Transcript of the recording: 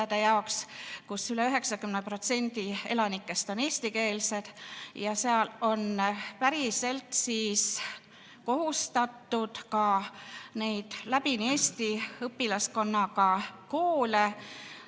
kus üle 90% elanikest on eestikeelsed. Ja seal on päriselt kohustatud ka neid läbini eesti õpilaskonnaga koole